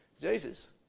Jesus